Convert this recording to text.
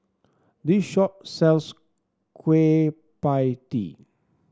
this shop sells Kueh Pie Tee